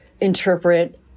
interpret